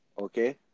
okay